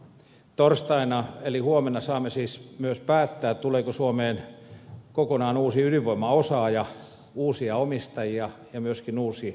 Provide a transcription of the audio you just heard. torstaina eli huomenna saamme siis myös päättää tuleeko suomeen kokonaan uusi ydinvoimaosaaja uusia omistajia ja myöskin uusi ydinvoimalapaikkakunta